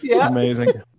Amazing